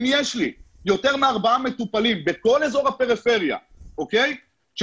אם יש לי יותר מארבעה מטופלים בכל אזור הפריפריה שזקוקים